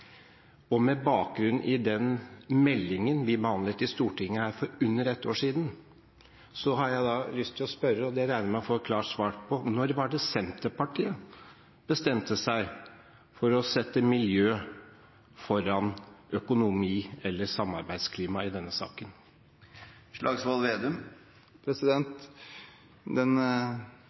med bakgrunn i den meldingen vi behandlet i Stortinget for under ett år siden – har jeg lyst til å spørre, og dette regner jeg med å få et klart svar på: Når var det Senterpartiet bestemte seg for å sette miljø foran økonomi eller samarbeidsklima i denne saken?